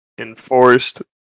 enforced